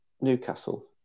Newcastle